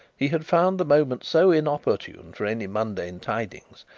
he had found the moment so inopportune for any mundane tidings,